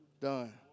Done